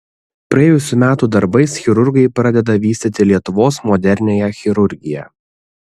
praėjusių metų darbais chirurgai pradeda vystyti lietuvos moderniąją chirurgiją